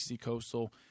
Coastal